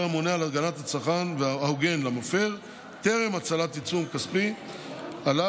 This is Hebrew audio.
הממונה על הגנת הצרכן והסחר ההוגן למפר טרם הטלת עיצום כספי עליו,